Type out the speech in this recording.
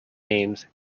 named